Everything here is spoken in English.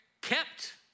kept